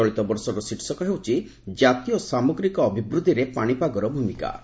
ଚଳିତବର୍ଷର ଶୀର୍ଷକ ହେଉଛି ଜାତୀୟ ସାମଗ୍ରିକ ଅଭିବୃଦ୍ଧିରେ ପାଣିପାଗର ଭୂମିକା